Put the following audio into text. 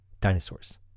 Dinosaurs